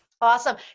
Awesome